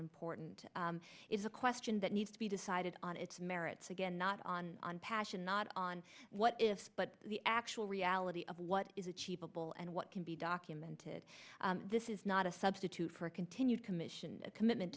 important is a question that needs to be decided on its merits again not on on passion not on what ifs but the actual reality of what is achievable and what can be documented this is not a substitute for a continued commission a commitment